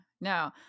no